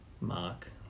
Mark